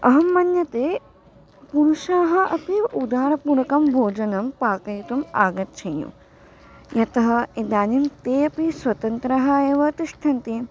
अहं मन्यते पुरुषाः अपि उधारपूर्वकं भोजनं पाकयितुम् आगच्छेयु यतः इदानीं ते अपि स्वतन्त्रः एव तिष्ठन्ति